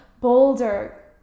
bolder